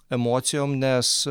emocijom nes